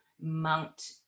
mount